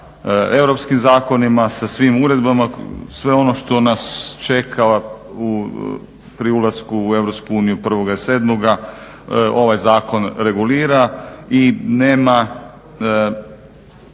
europskim zakonima, sa svim uredbama, sve ono što nas čeka pri ulasku u EU 1.7. ovaj zakon regulira i nema